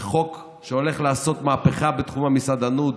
זה חוק שהולך לעשות מהפכה בתחום המסעדנות,